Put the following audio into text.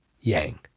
Yang